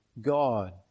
God